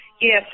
Yes